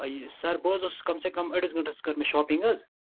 پیی سَر بہٕ حظ اوسُس کم سے کم أڑِس گنٹَس کٔر مےٚ شاپِنٛگ حظ